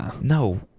no